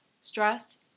stressed